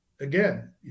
again